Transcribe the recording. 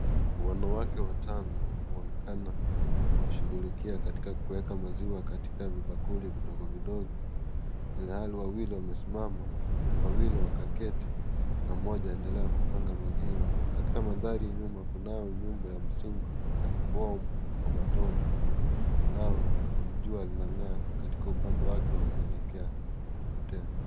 Wanawake watano wanaonekana kushugulikia kuweka maziwa katika vibakuli vidogo vidogo ilhali wawili wamesimama wawili wakaketi na mmoja aendelea kupanga maziwa. Katika mandhari nyuma kunao nyumba ya msingi wa kubomu kwa matope nao jua linang'aa katika upande wake wa kuelekea kupotea.